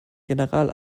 general